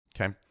Okay